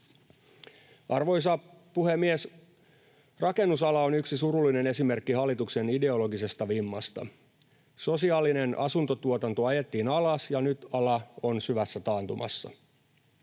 Arvoisa puhemies! Rakennusala on yksi surullinen esimerkki hallituksen ideologisesta vimmasta. Sosiaalinen asuntotuotanto ajettiin alas, ja nyt ala on syvässä taantumassa.